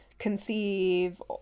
conceive